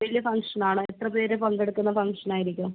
വലിയ ഫങ്ക്ഷനാണോ എത്രപേര് പങ്കെടുക്കുന്ന ഫങ്ക്ഷനായിരിക്കും